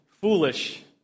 foolish